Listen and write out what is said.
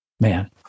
man